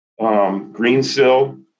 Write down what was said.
Greensill